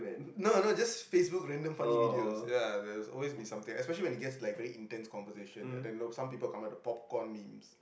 no no just Facebook random funny videos ya there's always be something especially when it gets like very intense conversation then nope some people comment the popcorn memes